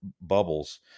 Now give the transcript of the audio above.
bubbles